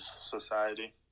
society